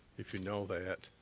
if you know that,